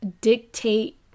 dictate